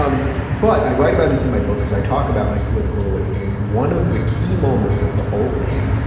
um but i write about this in my book cause i talk about my political awakening and one of the key moments of the whole thing,